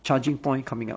charging point coming up